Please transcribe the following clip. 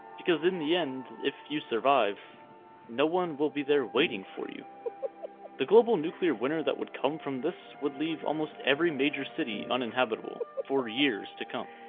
because in the end if you survive no one will be there waiting for you the global nuclear winter that would come from this would leave almost every major city uninhabitable for years to come